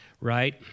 right